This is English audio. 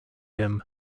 him